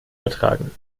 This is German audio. vertragen